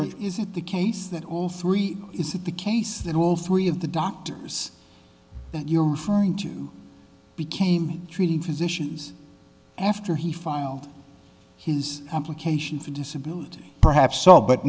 surgery is it the case that all three of the case that all three of the doctors you're referring to became treating physicians after he filed his application for disability perhaps so but